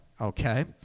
okay